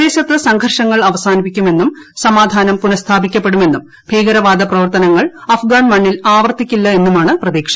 പ്രദേശത്ത് സംഘർഷങ്ങൾ അവസാനിക്കുമെന്നും സമാധാനം പുനസ്ഥാപിക്കപ്പെടുമെന്നും ഭീകരവാദ പ്രവർത്തനങ്ങൾ അഫ്ഗാൻ മണ്ണിൽ ആവർത്തിക്കില്ലെന്നുമാണ് പ്രതീക്ഷ